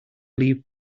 leave